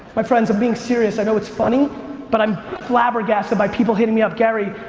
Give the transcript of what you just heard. my friends, i'm being serious. i know it's funny but i'm flabbergasted by people hitting me up, gary,